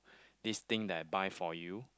this thing that I buy for you